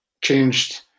changed